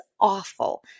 awful